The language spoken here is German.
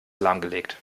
lahmgelegt